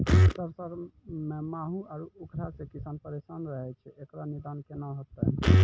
सरसों मे माहू आरु उखरा से किसान परेशान रहैय छैय, इकरो निदान केना होते?